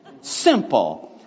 Simple